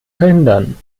verhindern